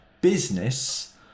business